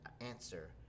answer